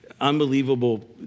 unbelievable